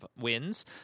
wins